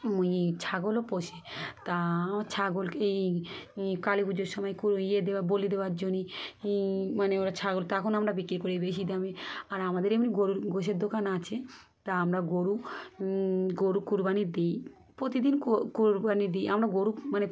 ওই ছাগলও পোষে তা আমরা ছাগলকে এই এই কালী পুজোর সময় কুর ইয়ে দেওয়া বলি দেওয়ার জন্য ই মানে ওরা ছাগল তখন আমরা বিক্রি করি বেশি দামে আর আমাদের এমনি গরুর গোশের দোকান আছে তা আমরা গরু গরু কুরবানি দিই প্রতিদিন কুরবানি দিই আমরা গরু মানে